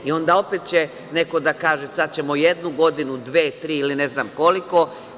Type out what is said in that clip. Onda će opet neko da kaže – sad ćemo jednu godinu, dve, tri ili ne znam koliko.